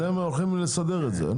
אנחנו מבקשים שיבואן זעיר